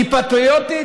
היא פטריוטית.